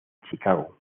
chicago